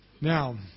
now